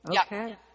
Okay